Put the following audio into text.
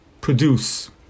Produce